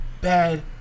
bad